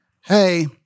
Hey